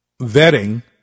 vetting